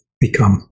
become